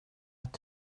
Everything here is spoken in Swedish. att